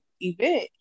event